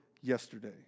yesterday